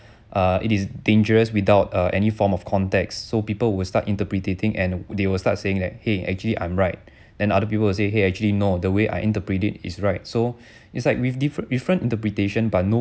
uh it is dangerous without uh any form of context so people will start interpretating and they will start saying that !hey! actually I'm right then other people say !hey! actually no the way I interpret it is right so it's like with different different interpretation but no